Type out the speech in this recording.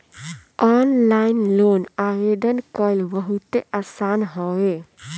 online loan आवेदन कईल बहुते आसान हवे